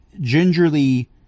gingerly